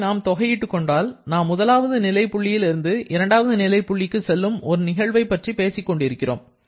இதனை நாம் தொகையிட்டுக்கொண்டால் நாம் முதலாவது நிலை புள்ளியில் இருந்து இரண்டாவது நிலை புள்ளிக்கு செல்லும் ஒரு நிகழ்வை பற்றி பேசிக் கொண்டிருக்கிறோம்